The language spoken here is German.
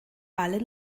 allen